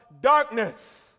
darkness